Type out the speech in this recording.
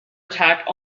attack